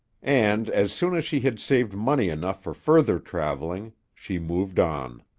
and, as soon as she had saved money enough for further traveling, she moved on.